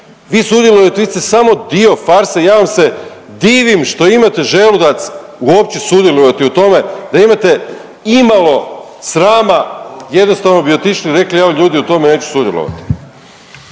Vi sudjelujete, vi ste samo dio farse, ja vam se divim što imate želudac uopće sudjelovati u tome, da imate imalo srama, jednostavno bi otišli, rekli evo, ljudi, u tome neću sudjelovati.